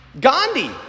Gandhi